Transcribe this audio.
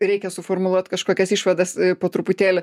reikia suformuluot kažkokias išvadas po truputėlį